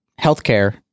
healthcare